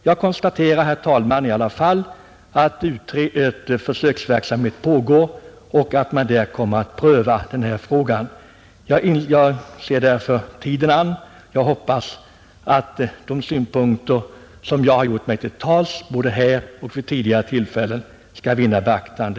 Jag konstaterar, herr talman, att en försöksverksamhet i alla fall pågår och att man där kommer att pröva denna fråga. Jag ser därför tiden an, och jag hoppas att de synpunkter som jag både nu och vid tidigare tillfällen har gjort mig till tolk för skall vinna beaktande.